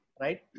Right